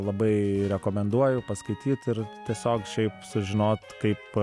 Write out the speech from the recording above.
labai rekomenduoju paskaityt ir tiesiog šiaip sužinot kaip